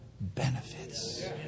benefits